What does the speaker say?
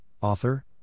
author